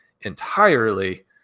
entirely